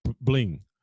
bling